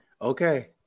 okay